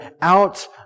out